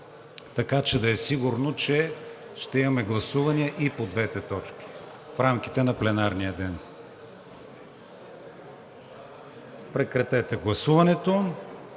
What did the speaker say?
така че да е сигурно, че ще имаме гласувания и по двете точки в рамките на пленарния ден. Моля, режим на гласуване.